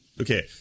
Okay